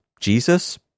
Jesus